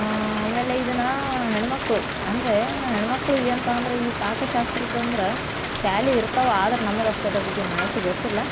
ಆಮೇಲೆ ಇದನ್ನು ಹೆಣ್ಣುಮಕ್ಳು ಅಂದರೆ ಹೆಣ್ಣುಮಕ್ಳು ಏನಪ್ಪ ಅಂದ್ರೆ ಈ ಪಾಕಶಾಸ್ತ್ರದ್ದು ಅಂದ್ರೆ ಶಾಲೆ ಇರ್ತವೆ ಆದ್ರೆ ನಮ್ಗಷ್ಟು ಅದ್ರ ಬಗ್ಗೆ ಮಾಹಿತಿ ಗೊತ್ತಿಲ್ಲ